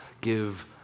give